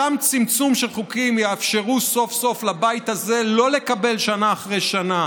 אותו צמצום של חוקים יאפשר סוף-סוף לבית הזה שלא לקבל שנה אחרי שנה